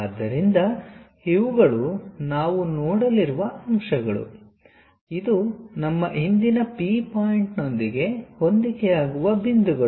ಆದ್ದರಿಂದ ಇವುಗಳು ನಾವು ನೋಡಲಿರುವ ಅಂಶಗಳು ಇದು ನಮ್ಮ ಹಿಂದಿನ P ಪಾಯಿಂಟ್ನೊಂದಿಗೆ ಹೊಂದಿಕೆಯಾಗುವ ಬಿಂದುಗಳು